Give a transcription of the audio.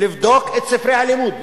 לבדוק את ספרי הלימוד,